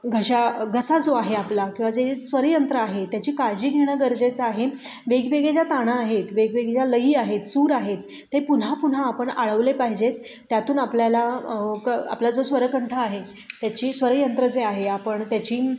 घशा घसा जो आहे आपला किंवा जे स्वरयंत्र आहे त्याची काळजी घेणं गरजेचं आहे वेगवेगळे ज्या ताना आहेत वेगवेगळ्या ज्या लयी आहेत सूर आहेत ते पुन्हा पुन्हा आपण आळवले पाहिजेत त्यातून आपल्याला क आपला जो स्वर कंठ आहे त्याची स्वरयंत्र जे आहे आपण त्याची